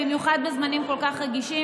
במיוחד בזמנים כל כך רגישים,